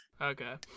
Okay